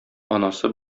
анасы